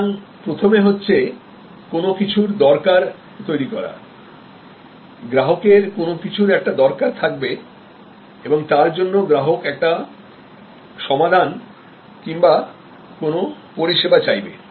সুতরাং প্রথমে হচ্ছে কোন কিছুরদরকার তৈরি করা গ্রাহকের কোন কিছুর একটা দরকার থাকবে এবং তার জন্য গ্রাহক একটা সমাধান কিংবা কোন পরিষেবা চাইবে